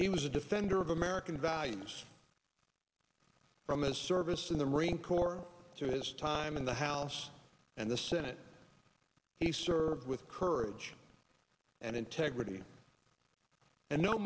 he was a defender of american values from a service in the marine corps to his time in the house and the senate he served with courage and integrity